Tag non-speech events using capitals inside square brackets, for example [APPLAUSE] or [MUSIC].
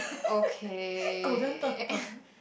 okay [NOISE]